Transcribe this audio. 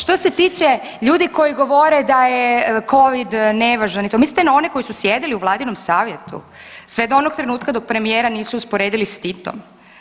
Što se tiče ljudi koji govore da je Covid nevažan i to, mislite na one koji su sjedili u vladinom savjetu sve dok onog trenutka dok premijera nisu usporedili s Titom.